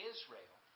Israel